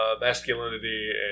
masculinity